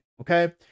Okay